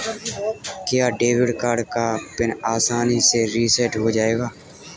क्या debit card का PIN आसानी से रीसेट हो जाएगा?